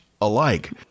alike